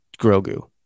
Grogu